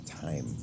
time